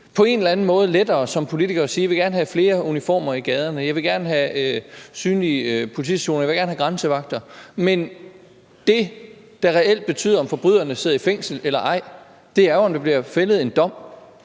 på en eller anden måde lettere som politiker at sige: Jeg vil gerne have flere uniformer i gaderne, jeg vil gerne have synlige politistationer, og jeg vil gerne have grænsevagter, men det, der reelt har en betydning for, om forbryderne sidder i fængsel eller ej, er jo, om der bliver fældet en dom.